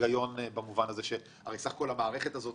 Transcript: סך כל המערכת הזאת,